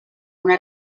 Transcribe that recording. una